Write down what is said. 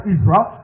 Israel